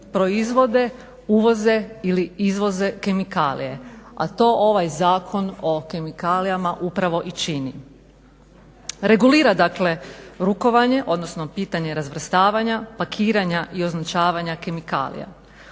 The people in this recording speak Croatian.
proizvode, uvoze ili izvoze kemikalije, a to ovaj Zakon o kemikalijama upravo i čini. Regulira dakle rukovanje, odnosno pitanje razvrstavanja, pakiranja i označavanja kemikalija,